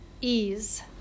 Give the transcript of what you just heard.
Ease